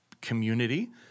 community